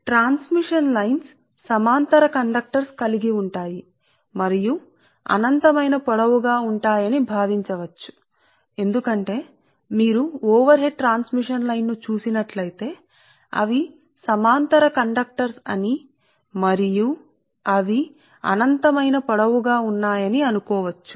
కాబట్టి ట్రాన్స్మిషన్ లైన్లు సమాంతర కండక్టర్లతో కూడి ఉంటాయి మరియు అనంతమైన పొడవు గా భావించ వచ్చు ఎందుకంటే మీరు ఓవర్ హెడ్ ట్రాన్స్మిషన్ లైన్ ను చూసినట్లయితే అవి సమాంతర కండక్టర్లు అని మీరు అనుకోవచ్చు మరియు అవి అనంతమైన పొడవు గా ఉన్నాయని మేము అనుకోవచ్చు